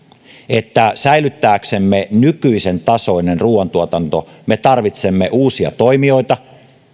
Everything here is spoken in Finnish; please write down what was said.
että säilyttääksemme nykyisen tasoisen ruuantuotannon me tarvitsemme uusia toimijoita